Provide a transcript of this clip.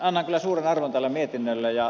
annan kyllä suuren arvon tälle mietinnölle